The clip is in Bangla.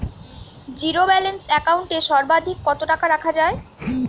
জীরো ব্যালেন্স একাউন্ট এ সর্বাধিক কত টাকা রাখা য়ায়?